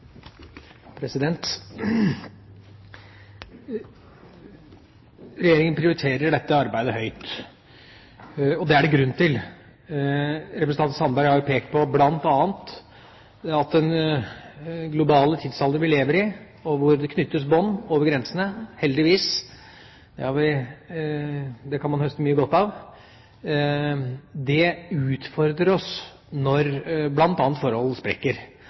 prioriterer dette arbeidet høyt, og det er det grunn til. Representanten Sandberg har jo pekt på at den globale tidsalder vi lever i, hvor det knyttes bånd over grensene – heldigvis, for det kan man høste mye godt av – utfordrer oss, bl.a. når forhold sprekker